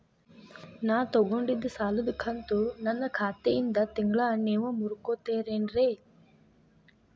ನಾ ತೊಗೊಂಡಿದ್ದ ಸಾಲದ ಕಂತು ನನ್ನ ಖಾತೆಯಿಂದ ತಿಂಗಳಾ ನೇವ್ ಮುರೇತೇರೇನ್ರೇ?